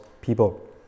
people